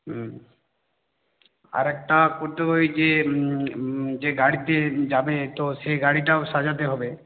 হুম আরেকটা করতে হবে ওই যে যে গাড়িতে যাবে তো সে গাড়িটাও সাজাতে হবে